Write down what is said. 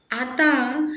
आतां